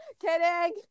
Kidding